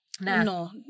No